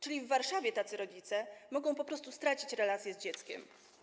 Czyli w Warszawie tacy rodzice mogą po prostu stracić relacje z dzieckiem.